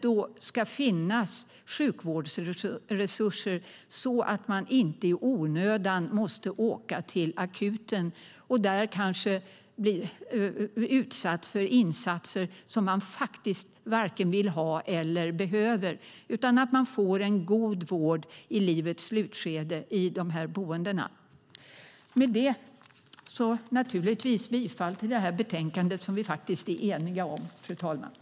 Då ska det finnas sjukvårdsresurser så att man inte i onödan måste åka till akuten och där kanske bli utsatt för insatser som man faktiskt varken vill ha eller behöver. Man ska kunna få en god vård i livets slutskede i de här boendena. Med det yrkar jag naturligtvis bifall till det förslag som vi faktiskt är eniga om i det här betänkandet.